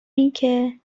اینکه